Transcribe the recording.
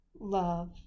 Love